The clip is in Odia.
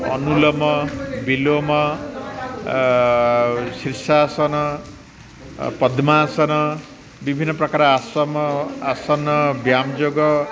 ଅନୁଲୋମ ବିଲୋମ ଶୀର୍ଷାସନ ପଦ୍ମାସନ ବିଭିନ୍ନ ପ୍ରକାର ଆସମ ଆସନ ବ୍ୟାୟାମ ଯୋଗ